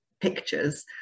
pictures